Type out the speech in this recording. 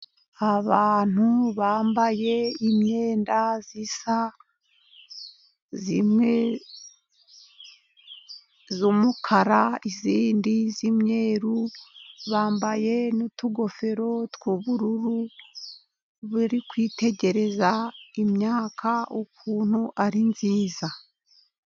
Abantu bambaye imyenda isa, imwe y'umukara , iyindi yimyeru , bambaye n'utugofero tw'ubururu , bari kwitegereza imyaka ukuntu ari myiza.